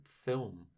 film